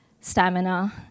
stamina